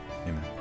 amen